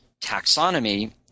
taxonomy